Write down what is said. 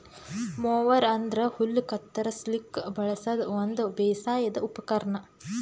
mower ಅಂದ್ರ ಹುಲ್ಲ್ ಕತ್ತರಸ್ಲಿಕ್ ಬಳಸದ್ ಒಂದ್ ಬೇಸಾಯದ್ ಉಪಕರ್ಣ್